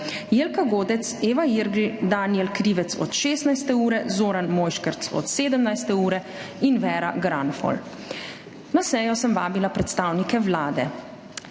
Jelka Godec, Eva Irgl, Danijel Krivec od 16. ure, Zoran Mojškerc od 17. ure in Vera Granfol. Na sejo sem vabila predstavnike Vlade.